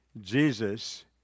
Jesus